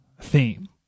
theme